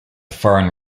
foreign